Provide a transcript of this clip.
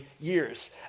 years